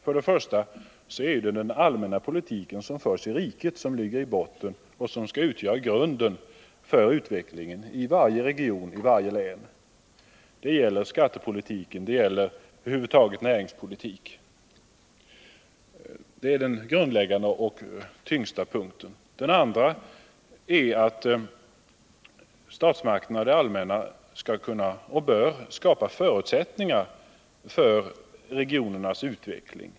För det första är det den allmänna politik som förs i riket som skall ligga i botten och utgöra grunden för utvecklingen i varje region och i varje län. Detta gäller skattepolitiken och över huvud taget näringspolitiken. Det är det grundläggande och tyngst vägande. För det andra skall och bör statsmakterna skapa förutsättningar för regionernas utveckling.